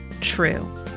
true